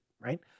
Right